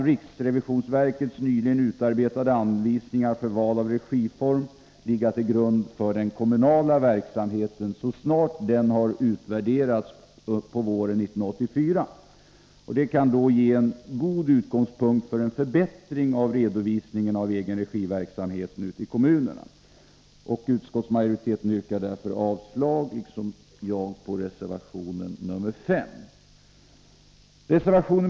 Riksrevisionsverkets nyligen utarbetade anvisningar för val av regiform kan ligga till grund också för den kommunala verksamheten, så snart erfarenheterna har utvärderats våren 1984. Man kan då få en god utgångspunkt för en förbättring av redovisningen av egenregiverksamheten ute i kommunerna. Utskottsmajoriteten yrkar därför avslag på motion 1159. Av samma skäl yrkar jag alltså avslag på reservation 5.